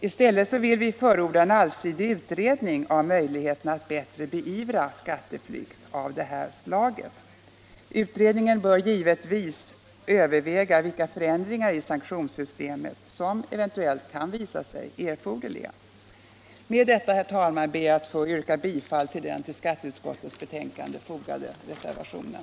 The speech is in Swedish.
I stället vill vi förorda en allsidig utredning av möjligheterna att bättre beivra skatteflykt av detta slag. Utredningen bör givetvis överväga vilka förändringar i sanktionssystemet som eventuellt kan visa sig erforderliga. Med detta, herr talman, ber jag att få yrka bifall till den vid skatteutskottets betänkande fogade reservationen.